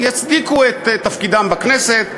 שיצדיקו את תפקידם בכנסת,